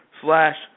slash